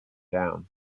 down